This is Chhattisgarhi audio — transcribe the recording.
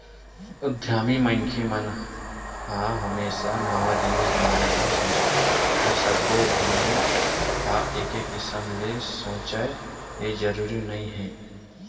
उद्यमी मनखे ह हमेसा नवा जिनिस बनाए बर सोचथे फेर सब्बो उद्यमी ह एके किसम ले सोचय ए जरूरी नइ हे